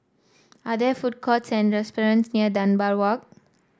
are there food courts and restaurants near Dunbar Walk